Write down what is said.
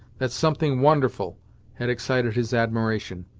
that something wonderful had excited his admiration.